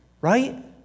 right